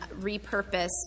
repurpose